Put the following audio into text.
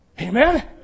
Amen